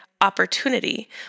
opportunity